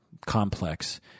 complex